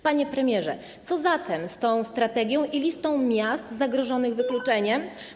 Panie premierze, co zatem z tą strategią i listą miast zagrożonych wykluczeniem?